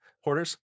hoarders